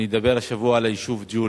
אני אדבר השבוע על היישוב ג'וליס,